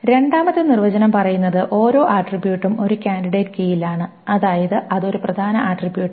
രണ്ടാമത്തെ നിർവചനം പറയുന്നത് ഓരോ ആട്രിബ്യൂട്ടും ഒരു കാൻഡിഡേറ്റ് കീയിലാണ് അതായത് അത് ഒരു പ്രധാന ആട്രിബ്യൂട്ടാണ്